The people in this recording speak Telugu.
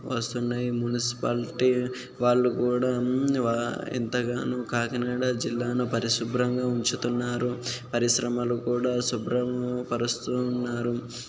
వస్తున్నాయి మున్సిపాలిటీ వాళ్ళు కూడా ఎంతగానో కాకినాడ జిల్లాను పరిశుభ్రంగా ఉంచుతున్నారు పరిశ్రమలు కూడా శుభ్రం పరుస్తు ఉన్నారు